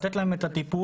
לתת להם את הטיפול,